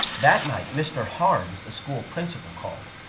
that night, mr. harms, the school principal, called.